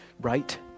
right